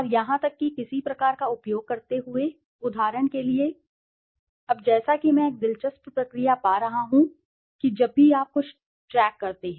और यहां तक कि किसी प्रकार का उपयोग करते हुए उदाहरण के लिए अब जैसा कि मैं एक दिलचस्प प्रक्रिया पा रहा हूं कि जब भी आप कुछ ट्रैक करते हैं